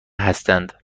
هستند